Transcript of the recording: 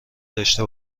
داشته